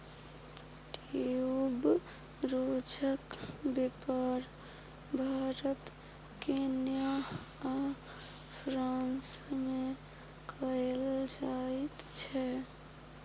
ट्यूबरोजक बेपार भारत केन्या आ फ्रांस मे कएल जाइत छै